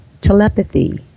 telepathy